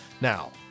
now